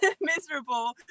miserable